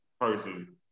person